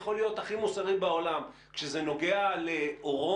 יכול להיות הכי מוסרי בעולם אבל כשזה נוגע לעורו,